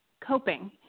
coping